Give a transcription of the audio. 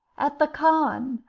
at the khan.